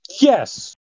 Yes